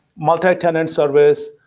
multitenant service,